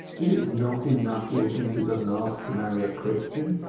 is it not enough your daughter doesn't ask to marry a christian?